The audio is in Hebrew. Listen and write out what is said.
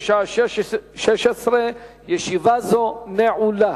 בשעה 16:00. ישיבה זו נעולה.